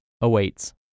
awaits